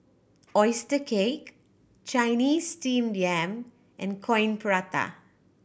oyster cake Chinese Steamed Yam and Coin Prata